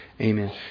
Amen